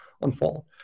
unfold